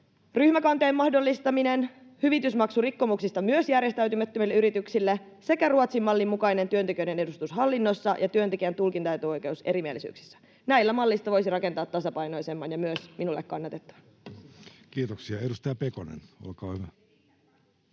ryhmäkanteen mahdollistaminen hyvitysmaksurikkomuksista myös järjestäytymättömille yrityksille sekä Ruotsin-mallin mukainen työntekijöiden edustus hallinnossa ja työntekijän tulkintaetuoikeus erimielisyyksissä. Näillä mallista voisi rakentaa tasapainoisemman ja myös minulle kannatettavan.